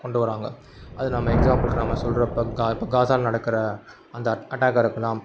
கொண்டு வராங்க அது நம்ம எக்ஸாம்பிளுக்கு நம்ம சொல்கிறப்ப கா இப்போ காஸாவில் நடக்கிற அந்த அட் அட்டாக்காக இருக்கலாம்